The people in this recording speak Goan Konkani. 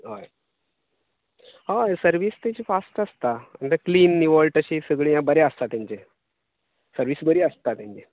हय हय सर्विस तेंची फास्ट आसता म्हणटा क्लिन निवळ तशें सगळें बरें आसता तेंचें सर्विस बरी आसता तेंची